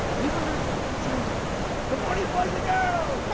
we wondered what that sounds like good morning boys and girls!